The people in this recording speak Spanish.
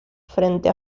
frente